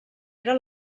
era